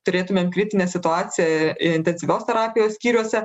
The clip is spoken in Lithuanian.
turėtumėm kritinę situaciją intensyvios terapijos skyriuose